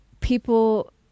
people